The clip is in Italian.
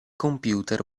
computer